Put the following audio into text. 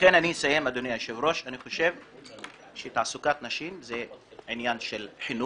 אני חושב שתעסוקת נשים הוא עניין של חינוך,